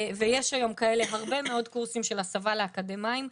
ויש היום כאלה הרבה מאוד קורסים של הסבה לאקדמאים.